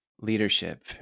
leadership